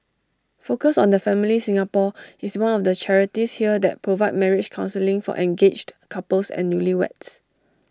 focus on the family Singapore is one of the charities here that provide marriage counselling for engaged couples and newlyweds